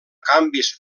canvis